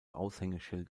aushängeschild